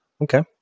Okay